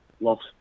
lost